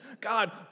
God